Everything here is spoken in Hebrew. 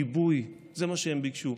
גיבוי, זה מה שהם ביקשו.